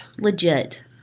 Legit